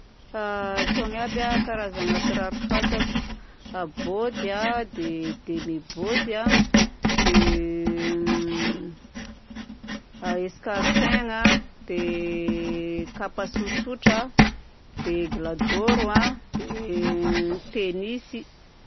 Tony aby a karazagna kiraro fantako: bôty a, dia demi-bôty a, dia eskarpaingna, dia kapa tsotsotra, dia eglador a, dia tennis.